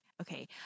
okay